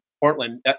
Portland